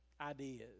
ideas